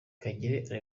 kagere